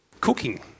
cooking